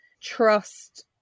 trust